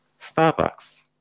Starbucks